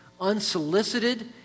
unsolicited